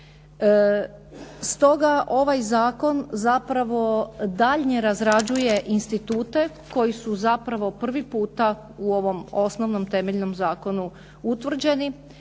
Stoga ovaj zakon zapravo daljnje razrađuje institute koji su zapravo prvi puta u ovom osnovnom temeljnom zakonu utvrđeni